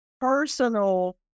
personal